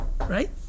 Right